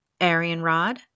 Arianrod